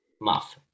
Muff